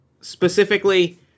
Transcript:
specifically